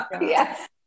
yes